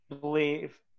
believe